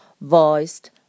voiced